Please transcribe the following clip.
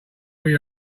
where